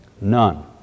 None